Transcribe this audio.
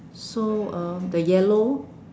so uh the yellow